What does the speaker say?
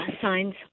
signs